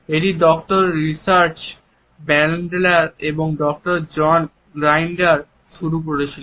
এটি doctor Richard Bandler এবং doctor John Grinder শুরু করেছিলেন